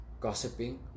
gossiping